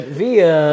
via